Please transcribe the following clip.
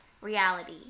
reality